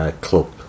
club